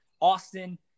Austin